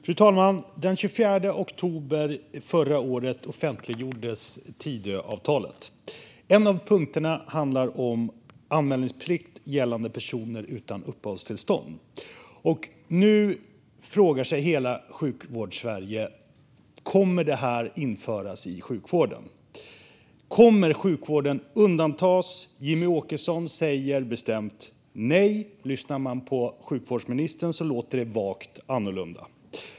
Fru talman! Den 24 oktober förra året offentliggjordes Tidöavtalet. En av punkterna handlar om anmälningsplikt gällande personer utan uppehållstillstånd. Nu frågar sig hela Sjukvårdssverige om det kommer att införas inom sjukvården. Kommer sjukvården att undantas? Jimmie Åkesson säger bestämt nej. Lyssnar man på sjukvårdsministern låter det vagt annorlunda.